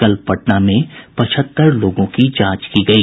कल पटना में पचहत्तर लोगों की जांच की गयी